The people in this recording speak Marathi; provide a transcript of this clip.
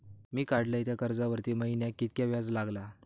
मी काडलय त्या कर्जावरती महिन्याक कीतक्या व्याज लागला?